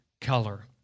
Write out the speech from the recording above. color